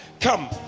Come